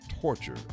torture